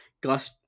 Gus